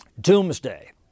Doomsday